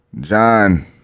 John